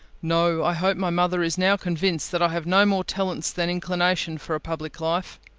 no. i hope my mother is now convinced that i have no more talents than inclination for a public life!